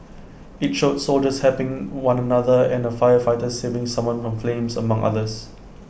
IT showed soldiers helping one another and A firefighter saving someone from flames among others